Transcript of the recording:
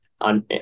on